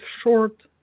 short